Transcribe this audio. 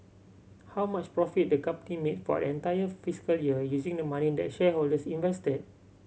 how much profit the company made for the entire fiscal year using the money that shareholders invested